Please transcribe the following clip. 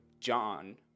John